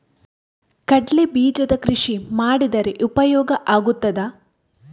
ಕಡ್ಲೆ ಬೀಜದ ಕೃಷಿ ಮಾಡಿದರೆ ಉಪಯೋಗ ಆಗುತ್ತದಾ?